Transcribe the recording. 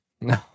No